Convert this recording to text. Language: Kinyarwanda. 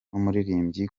n’umuririmbyi